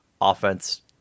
offense